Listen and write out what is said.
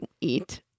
eat